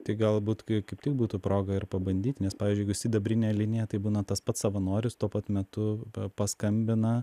tai galbūt kaip tik būtų proga ir pabandyti nes pavyzdžiui jeigu sidabrinė linija tai būna tas pats savanoris tuo pat metu paskambina